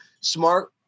Smart